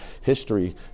history